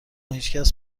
هیچکس